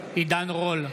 עידן רול,